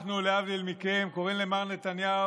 אנחנו, להבדיל מכם, קוראים למר נתניהו